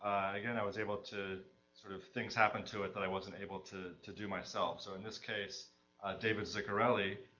again i was able to sort of, things happened to it that i wasn't able to to do myself. so in this case david zicarelli,